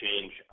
change